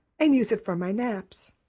and use it for my naps.